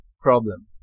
problem